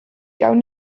gawn